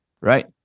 right